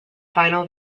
final